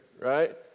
right